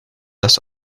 das